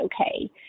okay